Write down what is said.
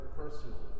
personal